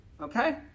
Okay